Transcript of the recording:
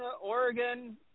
Oregon